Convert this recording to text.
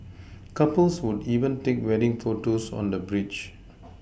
couples would even take wedding photos on the bridge